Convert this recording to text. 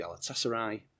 Galatasaray